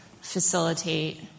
facilitate